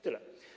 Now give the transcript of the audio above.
Tyle.